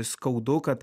skaudu kad